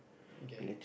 okay